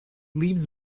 leaves